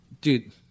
dude